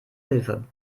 hilfe